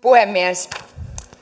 puhemies